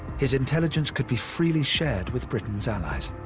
his intelligence could be freely shared with britain's allies.